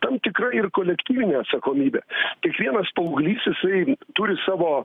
tam tikra ir kolektyvinė atsakomybė kiekvienas paauglys jisai turi savo